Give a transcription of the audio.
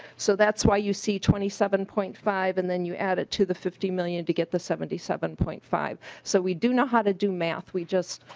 so that's why you see twenty seven point five and then you added to the fifty million to get the seventy seven point five. so we do know how to do math. we just